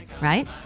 right